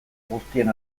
guztien